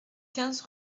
quinze